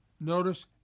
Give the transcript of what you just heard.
notice